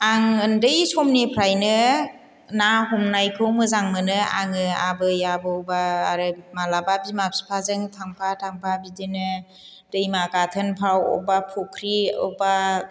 आं उन्दै समनिफ्रायनो ना हमनायखौ मोजां मोनो आङो आबै आबौ बा आरो माब्लाबा बिमा बिफाजों थांफा थांफा बिदिनो दैमा गाथोनाव अबेबा फुख्रि अबेबा